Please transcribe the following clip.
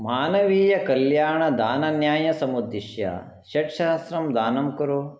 मानवीयकल्याणदानन्यासमुद्दिश्य षट्सहस्रम् दानं कुरु